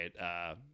right